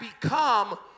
become